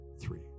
three